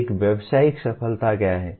एक व्यावसायिक सफलता है